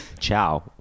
Ciao